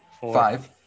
Five